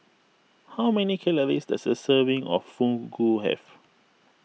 how many calories does a serving of Fugu have